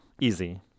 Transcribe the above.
easy